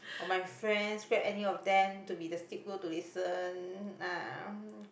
or my friends grab any of them to be the scapegoat to listen ah